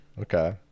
Okay